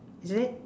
is it